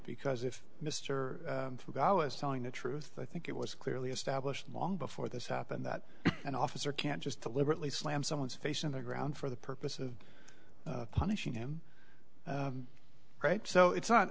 because if mr mcgowan is telling the truth i think it was clearly established long before this happened that an officer can't just deliberately slam someone's face in the ground for the purpose of punishing him right so it's not